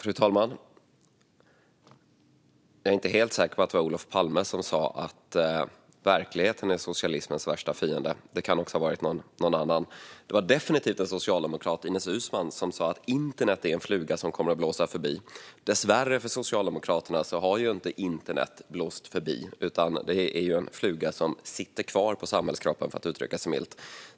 Fru talman! Jag är inte helt säker på om det var Olof Palme som sa att verkligheten är socialismens värsta fiende. Det kan också ha varit någon annan. Det var definitivt en socialdemokrat, Ines Uusmann, som sa att internet är en fluga som kommer att blåsa förbi. Dessvärre för Socialdemokraterna har ju inte internet blåst förbi. Det är en fluga som sitter kvar på samhällskroppen, för att uttrycka sig milt.